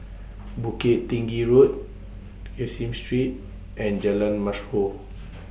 Bukit Tinggi Road Caseen Street and Jalan Mashhor